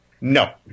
no